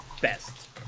best